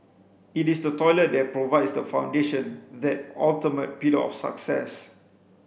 it is the toilet that provides the foundation that ultimate pillar of success